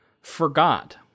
forgot